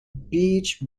beach